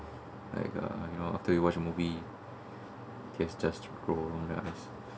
like after you watch movie tears just flow in your eyes